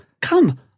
come